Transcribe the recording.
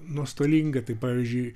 nuostolinga tai pavyzdžiui